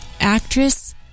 actress